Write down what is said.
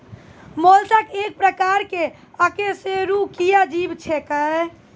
mollusc एक प्रकार के अकेशेरुकीय जीव छेकै